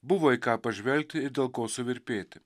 buvo į ką pažvelgti ir dėl ko suvirpėti